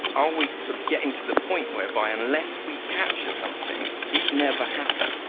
are we sort of getting to the point whereby unless we capture something it never happened?